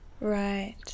Right